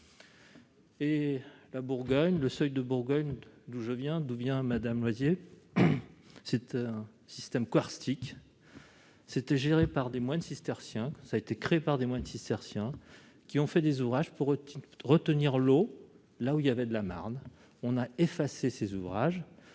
Et la Bourgogne, le seuil de Bourgogne d'où je viens, d'où vient Madame Losier cette système karstique c'était géré par des moines cisterciens, ça a été créé par des moines cisterciens qui ont fait des ouvrages pour retenir l'eau là où il y avait de la Marne on a effacé ses ouvrages